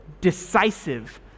decisive